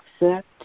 accept